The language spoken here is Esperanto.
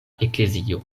eklezio